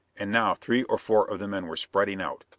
and now three or four of the men were spreading out,